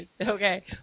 Okay